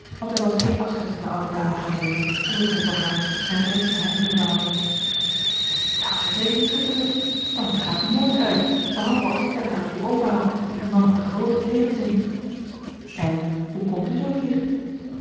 want hij was geen afscheid van de oude dame gaan nemen omdat hij voor haar zijne reis geheim wilde houden dan is er zeker iets gebeurd tante gaat nooit uit behalve als ik er haar toe overhaal en dan nog met grooten tegenzin en hoe komt u zoo hier